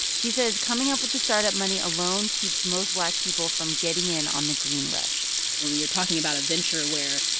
she says coming up with the startup money alone keeps most black people from getting in on the green rush when when you're talking about a venture where,